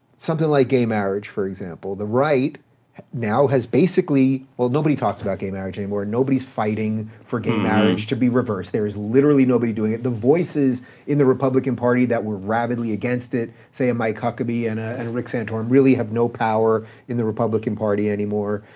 something like gay marriage for example, the right now has basically, well nobody talks about gay marriage anymore, nobody's fighting for gay marriage to be reversed. there is literally nobody doing it. the voices in the republican party that were rabidly against it, say a mike huckabee and a and rick santorum, really have no power in the republican party anymore,